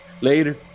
Later